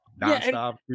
nonstop